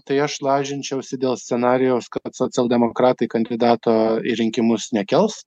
tai aš lažinčiausi dėl scenarijaus kad socialdemokratai kandidato į rinkimus nekels